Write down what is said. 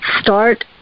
start